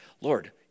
Lord